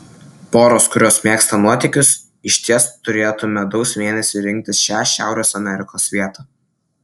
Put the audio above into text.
poros kurios mėgsta nuotykius išties turėtų medaus mėnesiui rinktis šią šiaurės amerikos vietą